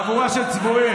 חבורה של צבועים.